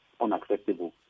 unacceptable